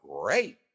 great